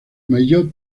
maillot